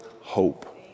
hope